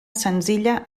senzilla